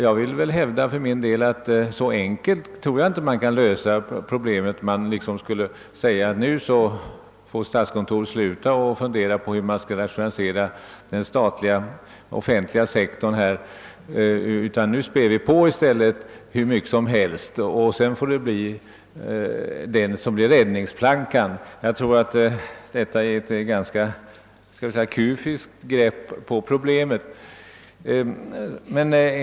Jag vill hävda att problemet inte löses så enkelt, att statskontoret bara får upphöra med sitt arbete att rationalisera den offentliga sektorn för att i stället använda denna som en räddningsplanka för friställda tjänstemän. Detta är ett ganska kufiskt grepp på problemet.